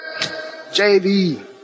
JV